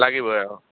লাগিবই অঁ